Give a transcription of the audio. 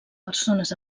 persones